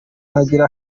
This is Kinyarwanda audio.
ntagira